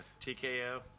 TKO